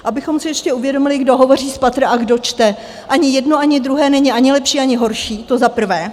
Abychom si ještě uvědomili, kdo hovoří spatra a kdo čte ani jedno, ani druhé není ani lepší, ani horší, to za prvé.